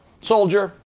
soldier